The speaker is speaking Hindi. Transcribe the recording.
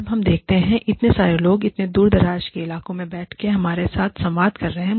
जब हम देखते हैं इतने सारे लोग इतने दूर दराज के इलाकों में बैठ के हमारे साथ संवाद कर रहे हैं